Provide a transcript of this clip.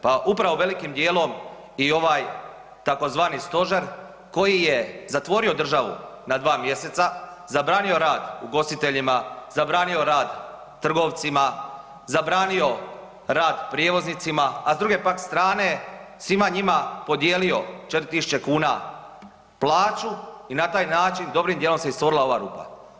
Pa upravo velikim dijelom i ovaj takozvani Stožer koji je zatvorio državu na dva mjeseca, zabranio rad ugostiteljima, zabrani rad trgovcima, zabranio rad prijevoznicima, a s druge pak strane svima njima podijelio četiri tisuće kuna plaću i na taj način dobrim dijelom se i stvorila ova rupa.